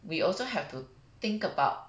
we also have to think about